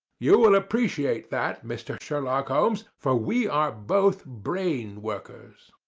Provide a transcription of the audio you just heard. you will appreciate that, mr. sherlock holmes, for we are both brain-workers.